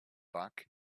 back